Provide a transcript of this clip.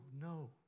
no